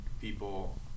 people